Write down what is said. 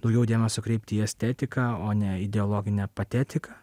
daugiau dėmesio kreipti į estetiką o ne ideologinę patetiką